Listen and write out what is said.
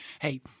hey